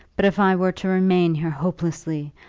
but if i were to remain here hopelessly,